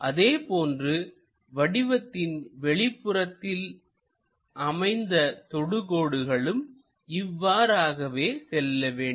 அதேபோன்று வடிவத்தின் வெளிப்புறத்தில் அமைந்த தொடு கோடுகளுக்கும் இவ்வாறாகவே செல்ல வேண்டும்